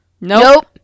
Nope